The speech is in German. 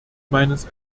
meines